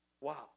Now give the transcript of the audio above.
Wow